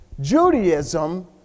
Judaism